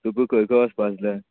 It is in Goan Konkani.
तुक खंय खंय वसपाक जाय